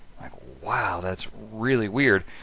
like wow, that's really weird.